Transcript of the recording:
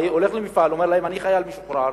הולך למפעל ואומר להם: אני חייל משוחרר,